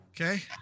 Okay